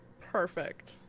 Perfect